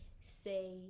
say